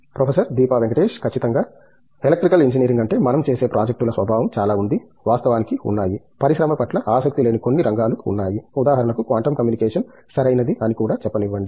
professor Deepa Venkatesh ఖచ్చితంగా electrical engineering అంటే మనం చేసే ప్రాజెక్టుల స్వభావం చాలా ఉంది వాస్తవానికి ఉన్నాయి పరిశ్రమ పట్ల ఆసక్తి లేని కొన్ని రంగాలు ఉన్నాయి ఉదాహరణకు క్వాంటం కమ్యూనికేషన్ సరియైనది అని కూడా చెప్పనివ్వండి